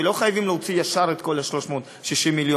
ולא חייבים להוציא ישר את כל ה-360 מיליון,